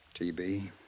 TB